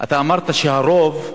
אתה אמרת שהרוב,